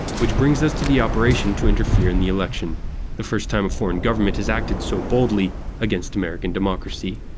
which brings us to the operation to interfere in the election the first time a foreign government has acted so boldly against american democracy.